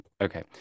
okay